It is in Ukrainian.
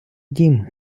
дім